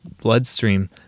bloodstream